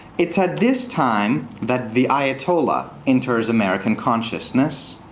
it's at this time that the ayatollah enters american consciousness.